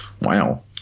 wow